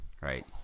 right